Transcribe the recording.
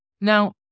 Now